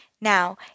Now